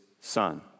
Son